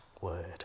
word